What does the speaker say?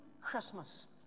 Christmas